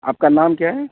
آپ کا نام کیا ہے